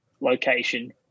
location